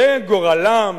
זה גורלם,